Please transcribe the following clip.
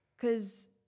cause